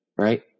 right